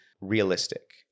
realistic